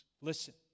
Listen